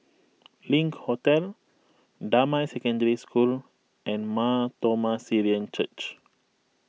Link Hotel Damai Secondary School and Mar Thoma Syrian Church